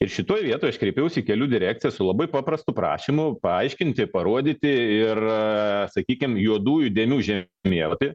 ir šitoj vietoj aš kreipiausi į kelių direkcija su labai paprastu prašymu paaiškinti parodyti ir sakykime juodųjų dėmių žemėlapį